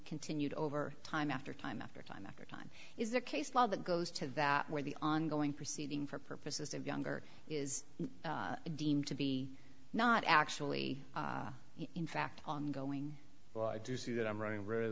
continued over time after time after time after time is the case law that goes to that where the ongoing proceeding for purposes of younger is deemed to be not actually in fact going well i do see that i'm running